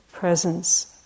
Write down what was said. presence